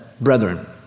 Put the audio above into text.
Brethren